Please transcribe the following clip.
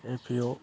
ए पि अ